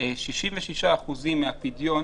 עולה ש- 66% מהפדיון